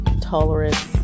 tolerance